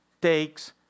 takes